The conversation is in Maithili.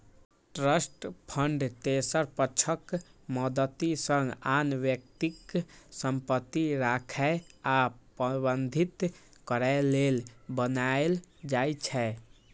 ट्रस्ट फंड तेसर पक्षक मदति सं आन व्यक्तिक संपत्ति राखै आ प्रबंधित करै लेल बनाएल जाइ छै